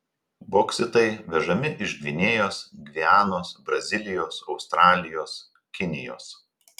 boksitai vežami iš gvinėjos gvianos brazilijos australijos kinijos